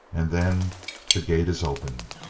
and then the gate is open.